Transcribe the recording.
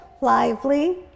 lively